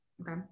Okay